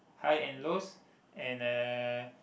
high and lows and uh